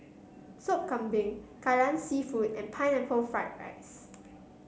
Sop Kambing Kai Lan seafood and Pineapple Fried Rice